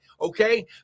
okay